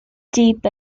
deep